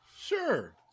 Sure